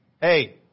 hey